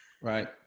right